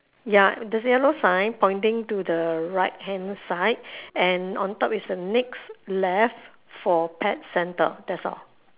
ya there's a yellow sign pointing to the right hand side and on top is a next left for pet centre that's all